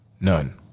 None